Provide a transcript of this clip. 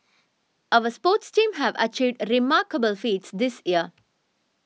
our sports teams have achieved remarkable feats this year